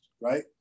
right